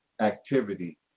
activity